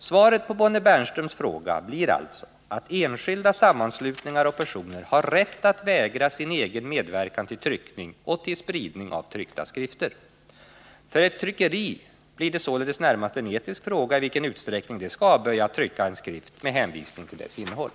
Svaret på Bonnie Bernströms fråga blir alltså att enskilda sammanslutningar och personer har rätt att vägra sin egen medverkan till tryckning och till spridning av tryckta skrifter. För ett tryckeri blir det således närmast en etisk fråga i vilken utsträckning det skall avböja att trycka en skrift med hänvisning till dess innehåll.